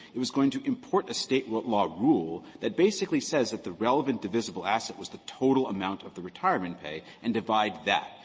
it was going to import a state law rule that basically says that the relevant divisible asset was the total amount of the retirement pay and divide that.